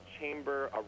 chamber